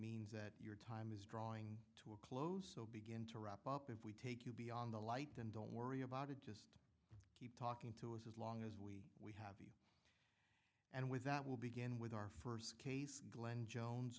means that your time is drawing to a close so begin to wrap up if we take you beyond the light then don't worry about it just keep talking to us as long as we and with that will begin with our first case glenn jones